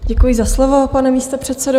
Děkuji za slovo, pane místopředsedo.